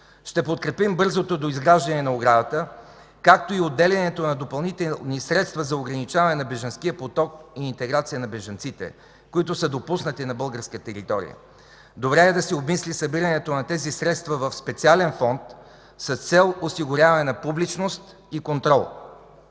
Ще подкрепим бързото доизграждане на оградата, както и отделянето на допълнителни средства за ограничаване на бежанския поток и интеграция на бежанците, които са допуснати на българска територия. Добре е да се обмисли събирането на тези средства в специален фонд с цел осигуряване на публичност и контрол.